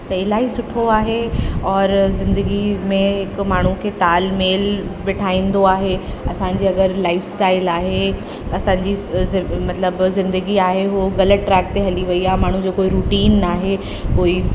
त इलाही सुठो आहे और ज़िंदगी में हिकु माण्हू खे तालमेल बिठाईंदो आहे असांजी अगरि लाइफस्टाइल आहे असांजी ज़ मतलबु ज़िंदगी आहे उहो ग़लति ट्रैक ते हली वेई आहे माण्हूअ जो कोई रूटीन न आहे कोई